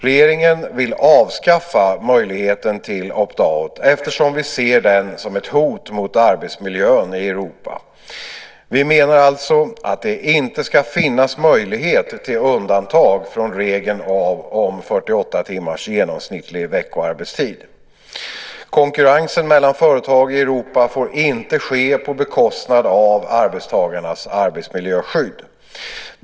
Regeringen vill avskaffa möjligheten till opt out eftersom vi ser den som ett hot mot arbetsmiljön i Europa. Vi menar alltså att det inte ska finnas möjlighet till undantag från regeln om 48 timmars genomsnittlig veckoarbetstid. Konkurrensen mellan företag i Europa får inte ske på bekostnad av arbetstagarnas arbetsmiljöskydd.